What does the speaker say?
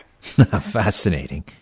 Fascinating